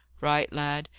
right, lad.